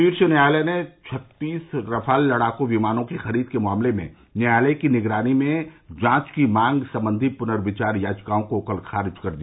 शीर्ष न्यायालय ने छत्तीस रफाल लड़ाकू विमानों की खरीद के मामले में न्यायालय की निगरानी में जांच की मांग संबंधी पुनर्विचार याचिकाओं को कल खारिज कर दिया